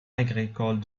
agricoles